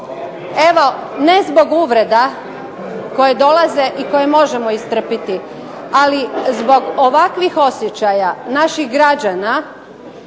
Evo ne zbog uvreda koje dolaze i koje možemo istrpiti, ali zbog ovakvih osjećaja naših građana